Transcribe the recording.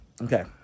okay